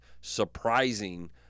surprising